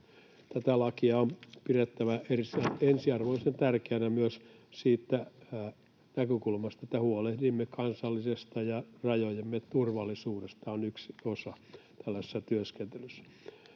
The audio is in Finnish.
Tätä lakia on pidettävä ensiarvoisen tärkeänä myös siitä näkökulmasta, että huolehdimme kansallisesta ja rajojemme turvallisuudesta. Tämä on yksi osa tällaisessa työskentelyssä.